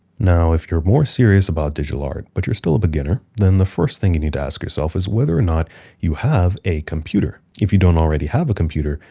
now, if you're more serious about digital art, but you're still a beginner, then the first thing you need to ask yourself is whether or not you have a computer. if you don't already have a computer,